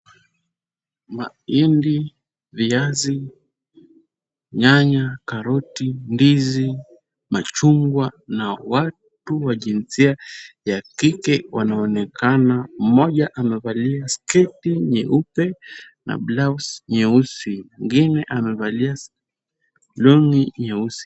Mahindi, viazi, nyanya, karoti, ndizi, machungwa na watu wa jinsia ya kike wanaonekana. Mmoja amevalia sketi nyeupe na blouse nyeusi na mwingine amevalia long'i nyeusi.